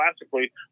classically